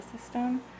system